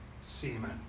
Semen